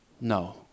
No